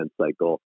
cycle